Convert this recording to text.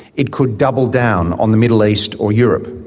it could double down on the middle east or europe.